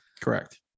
correct